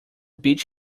bitch